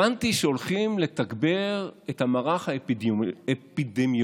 הבנתי שהולכים לתגבר את המערך האפידמיולוגי,